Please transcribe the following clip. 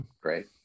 great